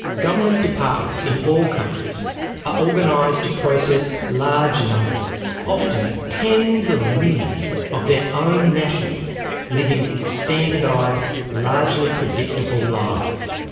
government departments in all countries are organized to process large numbers often tens of millions of their own nationals living standardized largely predictable lives.